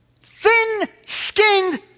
Thin-skinned